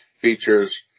features